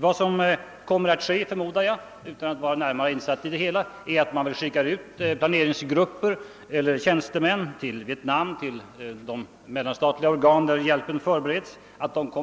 Vad som kommer att ske, förmodar jag utan att vara närmare insatt i det hela, är att man skickar ut planeringsgrupper eller tjänstemän till Vietnam, till de mellanstatliga organ där hjälp förbereds, att detta